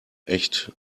echt